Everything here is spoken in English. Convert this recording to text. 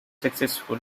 successful